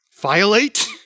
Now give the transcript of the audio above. Violate